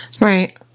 right